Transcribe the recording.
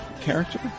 character